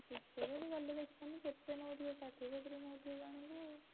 ticket ହେଠି ଗଲେ ଦେଖିବାନି କେତେ ନେଉଥିବେ ଷାଠିଏ ସତୁରି ନେଉଥିବେ ଜଣକୁ